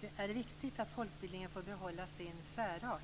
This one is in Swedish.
Det är viktigt att folkbildningen får behålla sin särart.